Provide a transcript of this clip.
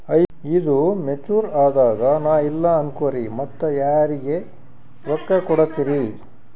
ಈದು ಮೆಚುರ್ ಅದಾಗ ನಾ ಇಲ್ಲ ಅನಕೊರಿ ಮತ್ತ ರೊಕ್ಕ ಯಾರಿಗ ಕೊಡತಿರಿ?